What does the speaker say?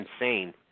insane